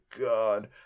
god